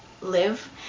live